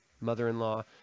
mother-in-law